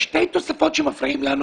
יש שתי תוספות שמפריעים לנו